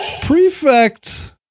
Prefect